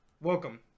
welcome